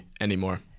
anymore